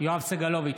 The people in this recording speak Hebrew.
יואב סגלוביץ'